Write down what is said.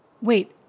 Wait